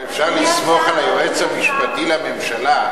אבל לסמוך על היועץ המשפטי לממשלה.